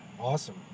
Awesome